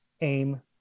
aim